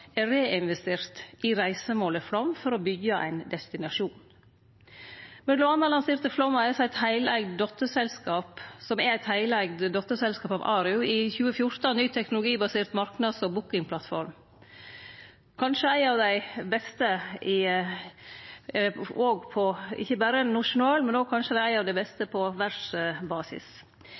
er reinvestert i reisemålet Flåm for å byggje ein destinasjon. Mellom anna lanserte Flåm AS, som er eit heileigd dotterselskap av ARU, i 2014 ny teknologibasert marknads- og bookingplattform – kanskje ei av dei beste, ikkje berre nasjonalt, men òg på verdsbasis. Samstundes opna Flåm nytt kundesenter i Flåm. Det